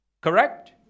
Correct